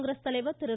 காங்கிரஸ் தலைவர் திரு